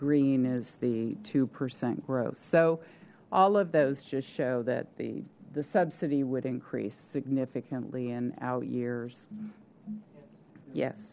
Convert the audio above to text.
green is the two percent growth so all of those just show that the the subsidy would increase significantly in out years yes